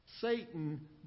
Satan